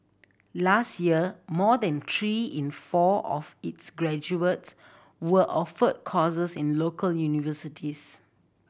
last year more than three in four of its graduates were offered courses in local universities